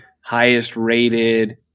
highest-rated